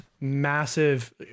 massive